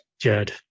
Jed